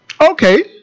Okay